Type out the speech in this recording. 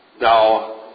Now